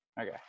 Okay